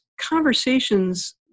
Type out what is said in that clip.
conversations